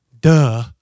Duh